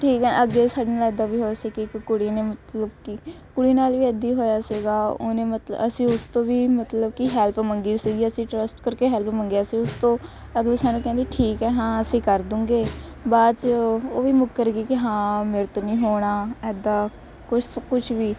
ਠੀਕ ਹੈ ਅੱਗੇ ਸਾਡੇ ਨਾਲ ਇੱਦਾਂ ਵੀ ਹੋਇਆ ਸੀ ਕਿ ਇੱਕ ਕੁੜੀ ਨੇ ਮਤਲਬ ਕਿ ਕੁੜੀ ਨਾਲ ਵੀ ਐਦੀ ਹੋਇਆ ਸੀਗਾ ਉਹਨੇ ਮਤਲਬ ਅਸੀਂ ਉਸ ਤੋਂ ਵੀ ਮਤਲਬ ਕਿ ਹੈਲਪ ਮੰਗੀ ਸੀਗੀ ਅਸੀਂ ਟਰੱਸਟ ਕਰਕੇ ਹੈਲਪ ਮੰਗਿਆ ਸੀ ਉਸ ਤੋਂ ਅਗਲੀ ਸਾਨੂੰ ਕਹਿੰਦੀ ਠੀਕ ਆ ਹਾਂ ਅਸੀਂ ਕਰਦੂਂਗੇ ਬਾਅਦ 'ਚ ਉਹ ਉਹ ਵੀ ਮੁੱਕਰਗੀ ਕਿ ਹਾਂ ਮੇਰੇ ਤੋਂ ਨਹੀਂ ਹੋਣਾ ਇੱਦਾਂ ਕੁਝ ਕੁਝ ਵੀ